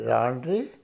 Laundry